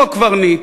הוא הקברניט.